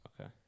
Okay